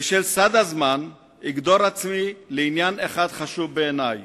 ובשל סד הזמן, אגדור עצמי לעניין אחד חשוב בעיני,